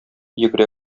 йөгерә